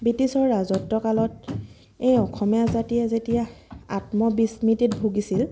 ব্ৰিটিছৰ ৰাজত্বকালত এই অসমীয়া জাতিয়ে যেতিয়া আত্মবিস্মৃতিত ভূগিছিল